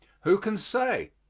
who can say?